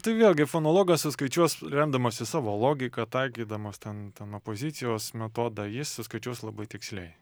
tai vėlgi fonologas suskaičiuos remdamasis savo logika taikydamas ten ten opozicijos metodą jis suskaičiuos labai tiksliai